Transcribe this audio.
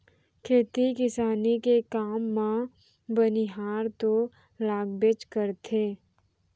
खेती किसानी के काम म बनिहार तो लागबेच करथे